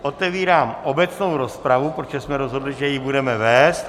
Otevírám obecnou rozpravu, protože jsme rozhodli, že ji budeme vést.